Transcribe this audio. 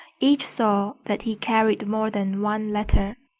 each saw that he carried more than one letter.